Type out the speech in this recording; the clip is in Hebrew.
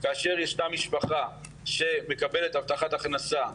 כאשר ישנה משפחה שמקבלת הבטחת הכנסה,